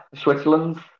Switzerland